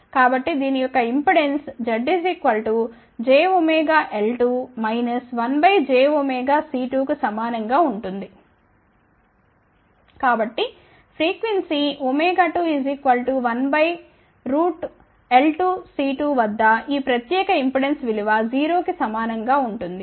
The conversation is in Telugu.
కాబట్టి దీని యొక్క ఇంపెడెన్స్ Z jωL2 1jωC2కు సమానం గా ఉంటుంది కాబట్టి ఫ్రీక్వెన్సీ 21L2C2 వద్ద ఈ ప్రత్యేక ఇంపెడెన్స్ విలువ 0 కి సమానం గా ఉంటుంది